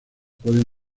pueden